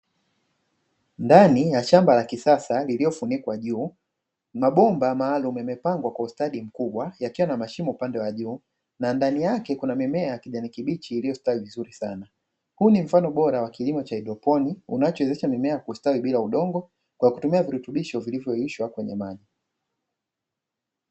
Ndani ya shamba la kisasa lililofunikwa juu, mabomba maalumu yamepangwa kwa ustadi mkubwa yakiwa na mashimo upande wa juu na ndani yake kuna mimea ya kijani kibichi iliyostawi vizuri sana, huu ni mfano bora wa kilimo cha haidroponi unacho wezesha mimea kustawi bila udongo kwa kutumia virutubisho vilivyo yeyushwa kwenye maji.